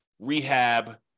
rehab